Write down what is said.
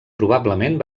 probablement